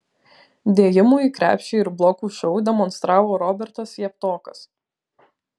dėjimų į krepšį ir blokų šou demonstravo robertas javtokas